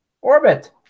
Orbit